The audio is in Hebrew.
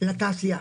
לתעשייה.